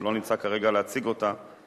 שלא נמצא כרגע להציג אותה,